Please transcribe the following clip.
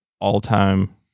all-time